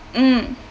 mm